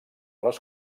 les